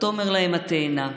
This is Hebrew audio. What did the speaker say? ותאמר להם התאנה,